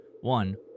one